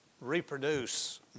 reproduce